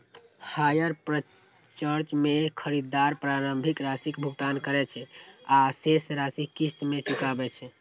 hire purchase मे खरीदार प्रारंभिक राशिक भुगतान करै छै आ शेष राशि किस्त मे चुकाबै छै